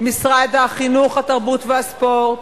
משרד החינוך, התרבות והספורט,